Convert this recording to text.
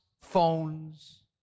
phones